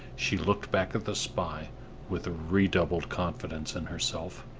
she looked back at the spy with redoubled confidence in herself,